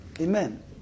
Amen